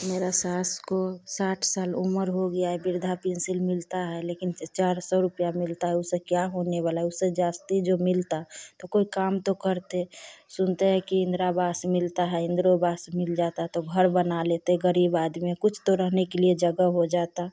मेरा सास को साठ साल उमर हो गया है वृद्धा पिंसिल मिलता है लेकिन चार सौ रुपया मिलता है उससे क्या होने वाला उससे जास्ती जो मिलता तो कोई काम तो करते सुनते हैं कि इंदिरावास मिलता है इंदिरोवास मिल जाता तो घर बना लेते ग़रीब आदमी हैं कुछ तो रहने के लिए जगह हो जाता